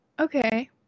Okay